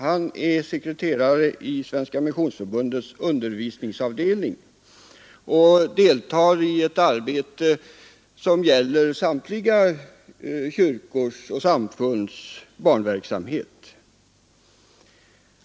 Han är sekreterare i Svenska missionsförbundets undervisningsavdelning och deltar i ett arbete som gäller samtliga kyrkors och samfunds barnverksamhet.